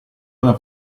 una